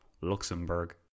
Luxembourg